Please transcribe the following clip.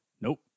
Nope